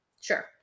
Sure